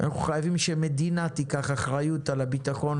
אנחנו חייבים שהמדינה תיקח אחריות על הביטחון